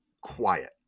Quiet